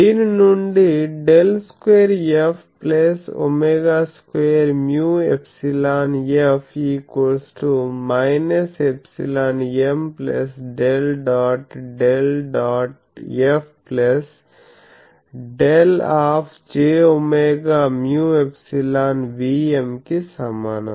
దీని నుండి ∇2 F ω2μ∈F ∈M ∇∇ dot F ∇ jωμ∈Vm కి సమానం